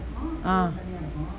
ah